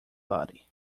body